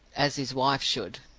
as his wife should.